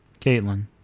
Caitlin